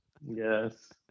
Yes